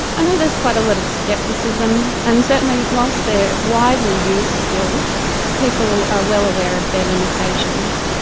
i know there's quite a lot of scepticism and certainly whilst they are widely used still people are well aware of their limitations.